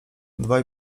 dwaj